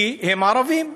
כי הם ערבים.